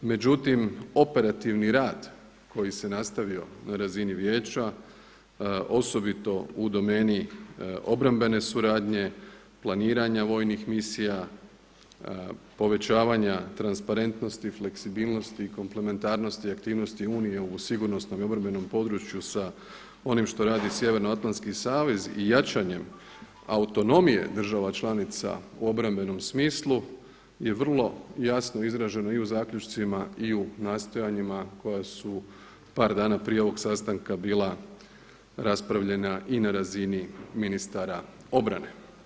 Međutim, operativni rad koji se nastavio na razini vijeća, osobito u domeni obrambene suradnje, planiranja vojnih misija, povećavanja transparentnosti, fleksibilnosti, komplementarnosti i aktivnosti Unije u sigurnosnom i obrambenom području sa onim što radi Sjevernoatlanski savez i jačanjem autonomije država članica u obrambenom smislu je vrlo jasno izražena i u zaključcima i u nastojanjima koja su par dana prije ovog sastanka bila raspravljena i na razini ministara obrane.